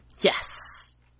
Yes